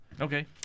Okay